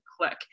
click